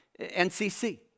NCC